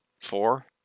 four